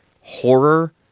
horror